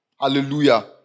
Hallelujah